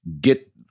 get